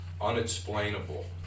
unexplainable